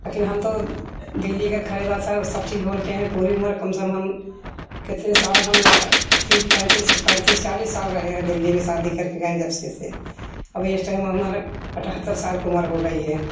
लेकिन हम तो दिल्ली के खड़ी भाषा सब चीज बोलते हैं पूरी उमर कमसम हम कितने साल हम तीस पैंतीस पैंतीस चालीस साल रहें हैं दिल्ली में शादी करकें गये जबसे सें अब इस टाइम हमारें अठहत्तर साल की उम्र हो गई हैं